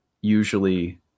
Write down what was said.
usually